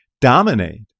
dominate